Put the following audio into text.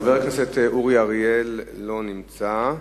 חבר הכנסת אורי אריאל לא נמצא.